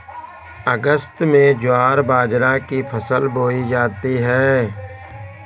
अगस्त में ज्वार बाजरा की फसल बोई जाती हैं